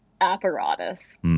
apparatus